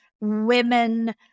women